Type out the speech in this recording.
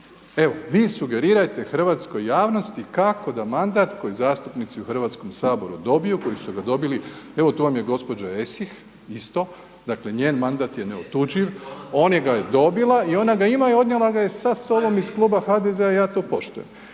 Evo, vi sugerirajte hrvatskoj javnosti kako da mandat koji zastupnici u Hrvatskom saboru dobiju, koji su ga dobili, evo tu vam je gđa. Esih isto, dakle njen mandat je neotuđiv, ona ga je dobila i ona ga ima i odnijela ga je sa sobom iz kluba HDZ-a i ja to poštujem.